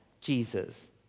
Jesus